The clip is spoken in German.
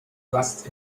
gast